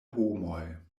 homoj